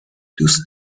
دوست